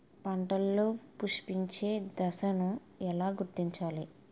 పంటలలో పుష్పించే దశను ఎలా గుర్తించాలి?